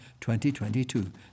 2022